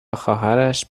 خواهرش